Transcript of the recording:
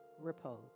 repose